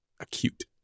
acute